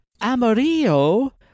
amarillo